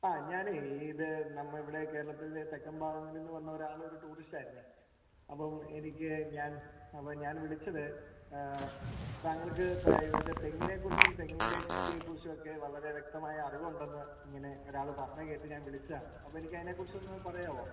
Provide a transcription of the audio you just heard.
അ ഞാനേ ഈ ഇത് നമ്മൾ ഇവിടെ കേരളത്തിൽ തെക്കൻ ഭാഗങ്ങളിന്ന് വന്നൊരാളൊരു ടൂറിസ്റ്റ് ആയിരുന്നു അപ്പം എനിക്ക് ഞാൻ അപ്പം ഞാൻ വിളിച്ചത് താങ്കൾക്ക് ഇവിടത്തെ തെങ്ങിനെ കുറിച്ചും തെങ്ങിൻ്റെ കൃഷിയെ കുറിച്ചും ഒക്കെ വളരെ വ്യക്തമായി അറിവുണ്ടെന്ന് ഇങ്ങനെ ഒരാൾ പറഞ്ഞത് കേട്ട് ഞാൻ വിളിച്ചതാണ് അപ്പം എനിക്ക് അതിനെ കുറിച്ചൊന്ന് പറയാവോ